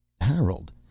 Harold